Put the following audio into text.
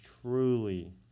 truly